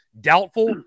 doubtful